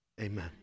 amen